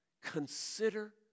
consider